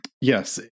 Yes